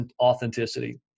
authenticity